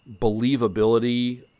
believability